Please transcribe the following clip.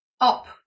up